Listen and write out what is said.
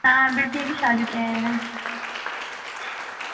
हाँ बिटिया की शादी तय है